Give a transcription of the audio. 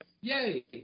Yay